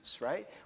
right